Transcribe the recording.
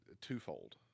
twofold